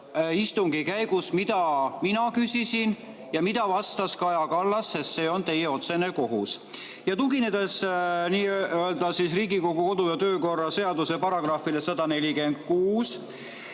istungi käigus, mida mina küsisin ja mida vastas Kaja Kallas, sest see on teie otsene kohus. Tuginedes Riigikogu kodu‑ ja töökorra seaduse §‑le 146